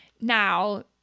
now